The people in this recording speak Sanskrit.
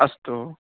अस्तु